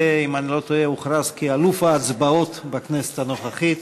ואם אני לא טועה הוכרז כאלוף ההצבעות בכנסת הנוכחית.